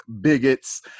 bigots